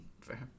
Fair